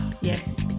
Yes